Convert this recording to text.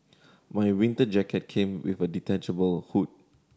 my winter jacket came with a detachable hood